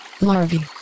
Larvae